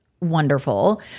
wonderful